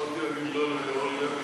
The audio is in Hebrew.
יכולתי להגיד לא לאורלי לוי?